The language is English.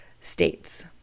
states